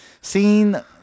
seen